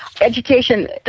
Education